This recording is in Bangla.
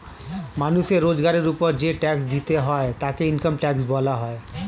মানুষের রোজগারের উপর যেই ট্যাক্স দিতে হয় তাকে ইনকাম ট্যাক্স বলা হয়